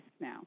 now